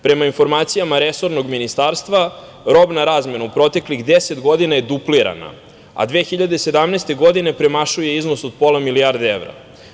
Prema informacijama resornog ministarstva, robna razmena u proteklih 10 godina je duplirana, a 2017. godine premašuje iznos od pola milijarde evra.